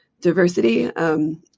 diversity